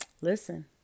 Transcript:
listen